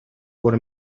por